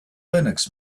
linux